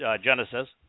Genesis